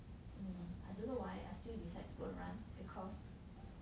um I don't know why I still decide to go and run because